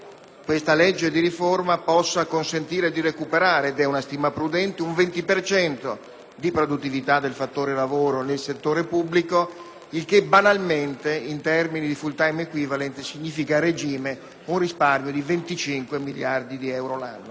questa legge di riforma possa consentire di recuperare, ed è una stima prudente, un 20 per cento di produttività del fattore lavoro nel settore pubblico, il che banalmente in termini di *full time* *equivalent* significa, a regime, un risparmio di 25 miliardi di euro all'anno.